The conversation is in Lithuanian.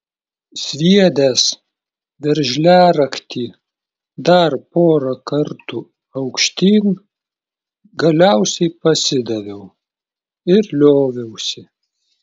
sviedęs veržliaraktį dar pora kartų aukštyn galiausiai pasidaviau ir lioviausi